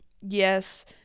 yes